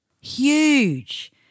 Huge